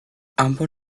ambos